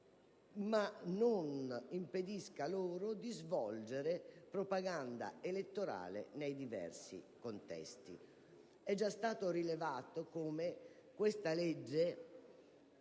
ma non impedisca loro di svolgere propaganda elettorale nei diversi contesti. È già stato rilevato come questa legge